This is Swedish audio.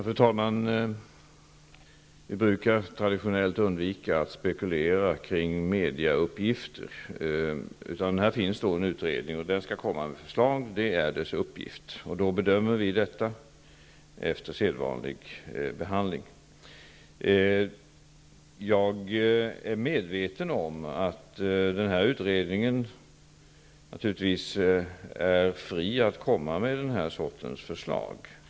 Fru talman! Vi brukar traditionellt undvika att spekulera kring medieuppgifter. Här finns en utredning. Den skall komma med förslag. Det är dess uppgift. Vi bedömer detta efter sedvanlig behandling. Jag är medveten om att utredningen är fri att komma med sådana här förslag.